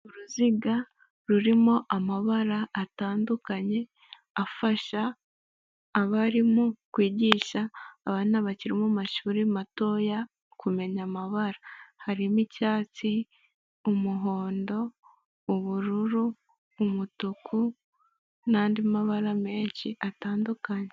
Uruziga rurimo amabara atandukanye afasha abarimu kwigisha ,abana bakiri mu mashuri mato kumenya amabara ,Harimo; icyatsi, umuhondo ,ubururu ,umutuku, n'andi mabara menshi atandukanye.